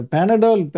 Panadol